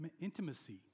intimacy